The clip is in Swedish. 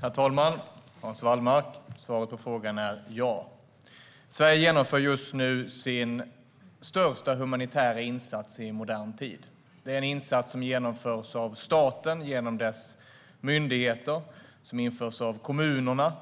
Herr talman! Svaret på frågan, Hans Wallmark, är ja. Sverige genomför just nu sin största humanitära insats i modern tid. Det är en insats som genomförs av staten genom dess myndigheter och sedan av kommunerna